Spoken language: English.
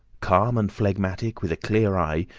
calm and phlegmatic, with a clear eye,